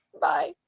bye